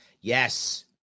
Yes